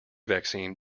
vaccine